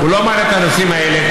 הוא לא מעלה את הנושאים האלה.